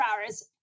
hours